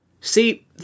see